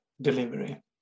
delivery